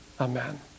Amen